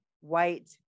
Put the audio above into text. white